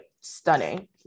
stunning